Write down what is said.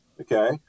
okay